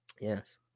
Yes